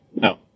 no